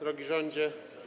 Drogi Rządzie!